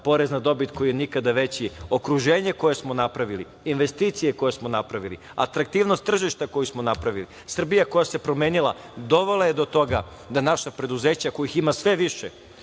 porez na dobit koji nikada veći. Okruženje koje smo napravili, investicije koje smo napravili, atraktivnost tržišta koje smo napravili, Srbija koja se promenila dovela je do toga da naša preduzeća kojih ima sve više,